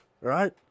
Right